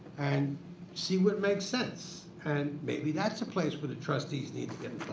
and see what makes sense and maybe that's a place where the trustees need to get